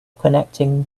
connecting